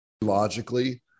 logically